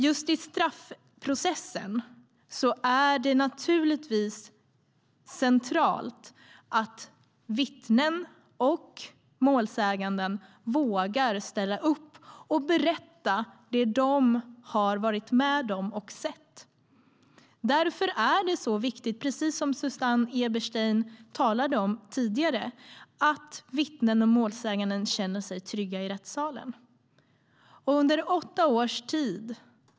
Just i straffprocessen är det centralt att vittnen och målsägande vågar ställa upp och berätta om det som de varit med om och sett. Därför är det, precis som Susanne Eberstein talade om tidigare, viktigt att vittnen och målsäganden känner sig trygga i rättssalen.